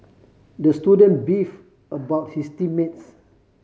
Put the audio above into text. the student beef about his team mates